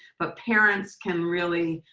but parents can really